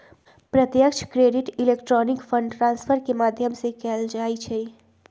प्रत्यक्ष credit electronic fund transfer के माध्यम से कएल जाइ छइ